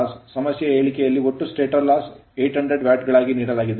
ಸಮಸ್ಯೆಯ ಹೇಳಿಕೆಯಲ್ಲಿ ಒಟ್ಟು stator loss ಸ್ಟಾಟರ್ ನಷ್ಟವನ್ನು 800 ವ್ಯಾಟ್ ಗಳಾಗಿ ನೀಡಲಾಗಿದೆ